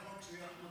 הרוב קובע.